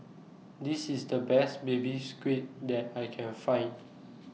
This IS The Best Baby Squid that I Can Find